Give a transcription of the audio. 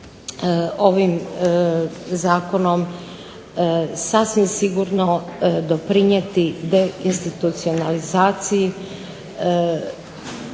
ovim zakonom sasvim sigurno doprinijeti deinstitucionalizaciji